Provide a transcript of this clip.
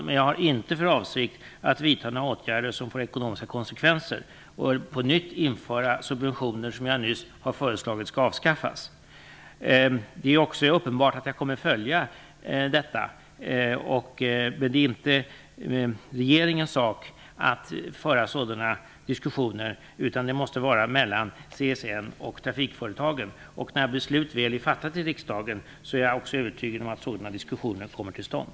Men jag har inte för avsikt att vidta några åtgärder som får ekonomiska konsekvenser och att på nytt införa subventioner som jag nyligen har föreslagit skall avskaffas. Det är uppenbart att jag kommer att följa detta. Men det är inte regeringens sak att föra sådana diskussioner, utan de måste föras mellan CSN och trafikföretagen. När beslut väl är fattat i riksdagen är jag också övertygad om att sådana diskussioner kommer till stånd.